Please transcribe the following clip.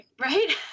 right